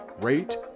rate